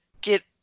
get